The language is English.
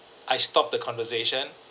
I stopped the conversation